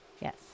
Yes